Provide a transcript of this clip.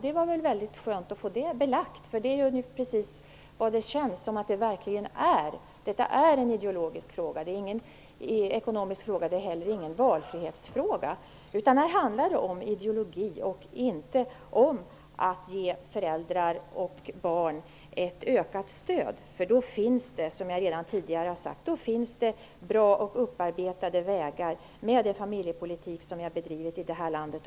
Det var skönt att få det belagt, eftersom det känns att detta verkligen är en ideologisk fråga. Det är ingen ekonomisk fråga, och det är inte heller någon valfrihetsfråga. Det handlar om ideologi och inte om att ge föräldrar och barn ett ökat stöd, därför att då finns det -- som jag redan tidigare har sagt -- bra och upparbetade vägar att gå med den familjepolitik som vi under många år har bedrivit i det här landet.